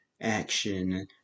action